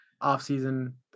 off-season